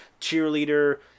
cheerleader